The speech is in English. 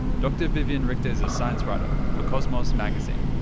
dr viviane richter is a science writer for cosmos magazine.